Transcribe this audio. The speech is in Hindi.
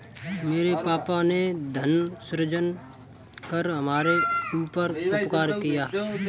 मेरे पापा ने धन सृजन कर हमारे ऊपर उपकार किया है